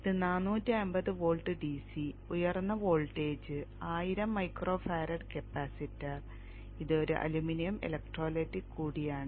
ഇത് 450 volt DC ഉയർന്ന voltage ആയിരം മൈക്രോ ഫാരഡ് കപ്പാസിറ്റർ ഇത് ഒരു അലുമിനിയം ഇലക്ട്രോലൈറ്റിക് കൂടിയാണ്